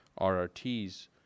RRTs